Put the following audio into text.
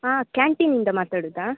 ಹಾಂ ಕ್ಯಾಂಟೀನಿಂದ ಮಾತಾಡೋದಾ